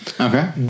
Okay